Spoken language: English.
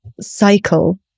Cycle